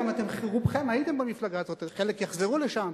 רובכם הייתם במפלגה הזאת, חלק יחזרו לשם.